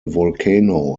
volcano